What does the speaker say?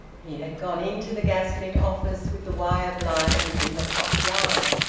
he had gone into the gas-lit office with the wire-blinds, in the cock yard.